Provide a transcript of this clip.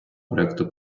проекту